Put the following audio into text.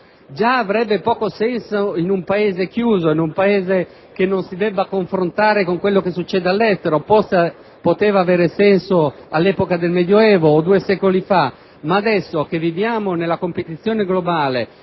Già avrebbe poco senso in un Paese chiuso, che non si debba confrontare con quello che accade all'estero. Forse avrebbe potuto avere senso all'epoca del medioevo o due secoli fa, ma adesso che viviamo nella competizione globale,